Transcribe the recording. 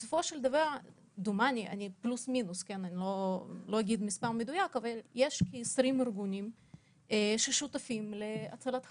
בסופו של דבר דומני שיש כ-20 ארגונים ששותפים להצלת חיים.